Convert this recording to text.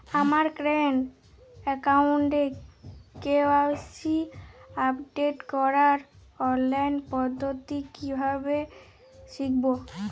আমার কারেন্ট অ্যাকাউন্টের KYC update করার অনলাইন পদ্ধতি কীভাবে শিখব?